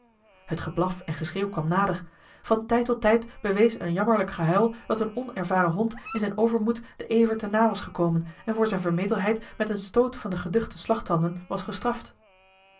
het geblaf en geschreeuw kwam nader van tijd tot tijd bewees een jammerlijk gehuil dat een onervaren hond in zijn overmoed den ever te na was gekomen en voor zijne vermetelheid met een stoot van de geduchte slagtanden was gestraft